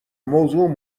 موضوع